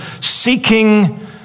seeking